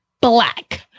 black